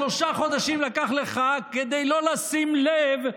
שלושה חודשים לקח לך כדי לא לשים לב,